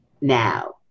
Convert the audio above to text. now